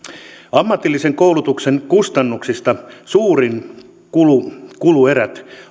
ammatillisen koulutuksen kustannuksista suurin kuluerä